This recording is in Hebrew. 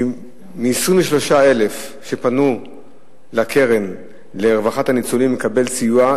המספר עלה מ-23,000 ל-60,000 שפנו לקרן לרווחת הניצולים לקבל סיוע,